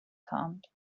calmed